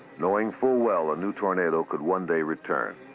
knowing full well a new tornado could one day return.